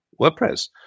WordPress